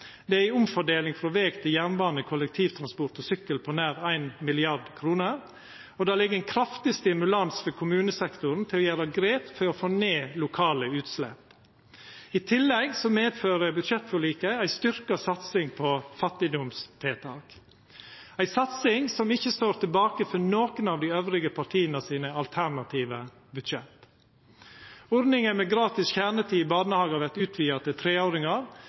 Det er ei omfordeling frå veg til jernbane, kollektivtransport og sykkel på nær 1 mrd. kr. Det ligg ein kraftig stimulans for kommunesektoren til å gjera grep for å få ned lokale utslepp. I tillegg medfører budsjettforliket ei styrkt satsing på fattigdomstiltak, ei satsing som ikkje står tilbake for nokon av dei andre partia sine alternative budsjett. Ordninga med gratis kjernetid i barnehagar vert utvida til treåringar.